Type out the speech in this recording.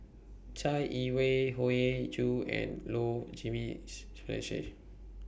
Chai Yee Wei Hoey Choo and Low Jimenez